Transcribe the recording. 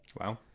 wow